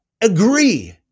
agree